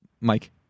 Mike